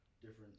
different